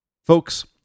Folks